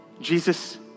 Jesus